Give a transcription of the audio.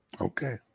Okay